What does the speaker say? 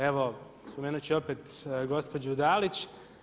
Evo spomenut ću opet gospođu Dalić.